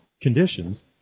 conditions